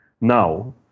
now